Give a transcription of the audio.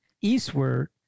eastward